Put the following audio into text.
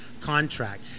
contract